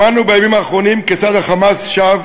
שמענו בימים האחרונים כיצד ה"חמאס" שב